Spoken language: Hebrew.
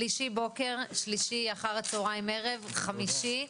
בשלישי אחר הצהריים-ערב נקיים דיונים.